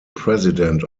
president